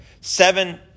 seven